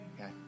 Okay